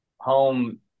home